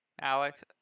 Alex